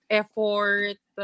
effort